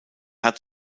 hat